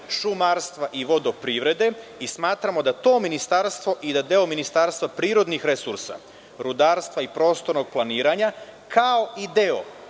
šumarstva i vodoprivrede i smatramo da to ministarstvo i da deo Ministarstva prirodnih resursa, rudarstva i prostornog planiranja kao i deo